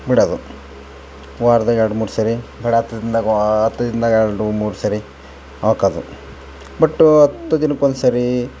ಬಿಡೋದು ವಾರದಾಗೆ ಎರಡು ಮೂರು ಸರಿ ಹತ್ತು ದಿನದಾಗೆ ಎರಡು ಮೂರು ಸರಿ ಹಾಕೋದು ಬಟ್ ಹತ್ತು ದಿನಕ್ಕೆ ಒಂದು ಸರಿ